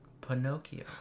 Pinocchio